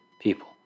people